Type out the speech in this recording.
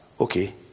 Okay